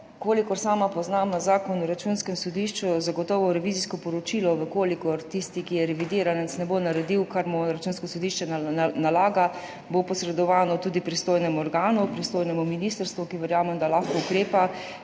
Kolikor sama poznam Zakon o računskem sodišču, bo zagotovo revizijsko poročilo, če tisti, ki je revidiranec, ne bo naredil, kar mu Računsko sodišče nalaga, posredovano tudi pristojnemu organu, pristojnemu ministrstvu, ki verjamem, da lahko ukrepa,